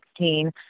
2016